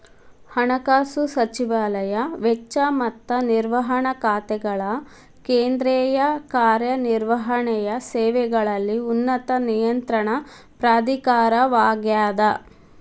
ಹಣಕಾಸು ಸಚಿವಾಲಯ ವೆಚ್ಚ ಮತ್ತ ನಿರ್ವಹಣಾ ಖಾತೆಗಳ ಕೇಂದ್ರೇಯ ಕಾರ್ಯ ನಿರ್ವಹಣೆಯ ಸೇವೆಗಳಲ್ಲಿ ಉನ್ನತ ನಿಯಂತ್ರಣ ಪ್ರಾಧಿಕಾರವಾಗ್ಯದ